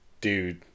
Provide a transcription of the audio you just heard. dude